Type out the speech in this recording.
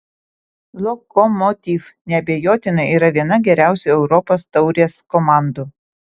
lokomotiv neabejotinai yra viena geriausių europos taurės komandų